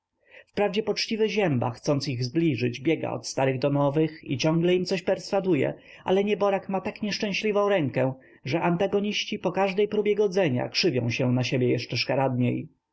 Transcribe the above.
wprawdzie poczciwy zięba chcąc ich zbliżyć biega od starych do nowych i ciągle im coś perswaduje ale nieborak ma tak nieszczęśliwą rękę że antagoniści po każdej próbie godzenia krzywią się na siebie jeszcze szkaradniej